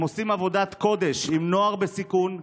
הם עושים עבודת קודש עם נוער בסיכון,